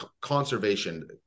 conservation